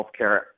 healthcare